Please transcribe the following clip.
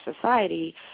society